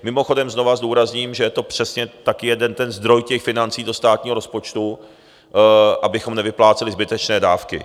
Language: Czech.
Mimochodem, znova zdůrazním, že je to přesně taky jeden ten zdroj financí do státního rozpočtu, abychom nevypláceli zbytečné dávky.